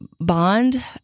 bond